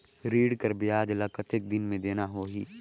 ऋण कर ब्याज ला कतेक दिन मे देना होही?